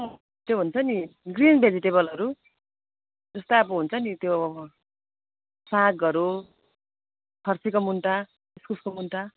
त्यो हुन्छ नि ग्रिन भेजिटेबलहरू जस्तै अब हुन्छ नि त्यो सागहरू फर्सीको मुन्टा इस्कुसको मुन्टा